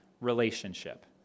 relationship